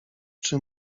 czy